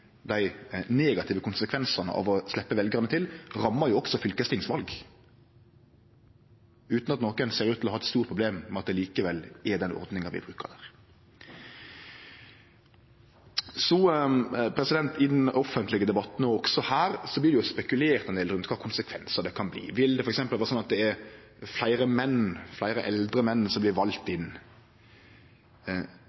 dei negative konsekvensane av å sleppe veljarane til rammar òg fylkestingsval, utan at nokon ser ut til å ha eit stort problem med at det likevel er den ordninga vi brukar. I den offentlege debatten, og òg her, blir det spekulert ein del rundt kva for konsekvensar det kan bli. Vil det f.eks. bli sånn at det er fleire menn, fleire eldre menn, som blir valde inn? Det treng vi ikkje spekulere så mykje i,